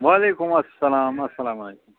وعلیکُم اسلام اسلامُ علیکُم